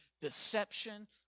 deception